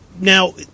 now